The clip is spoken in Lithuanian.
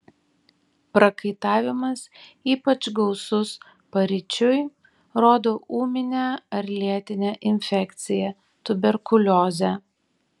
prakaitavimas ypač gausus paryčiui rodo ūminę ar lėtinę infekciją tuberkuliozę